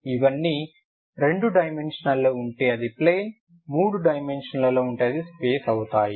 ఇవన్నీ రెండు డైమెన్షనలలో ఉంటే అది ప్లేన్ మూడు డైమెన్షనలలో ఉంటే అది స్పేస్ అవుతాయి